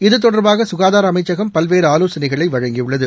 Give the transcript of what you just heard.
இது தொடர்பாக சுகாதார அமைச்சகம் பல்வேறு ஆவோசனைகளை வழங்கியுள்ளது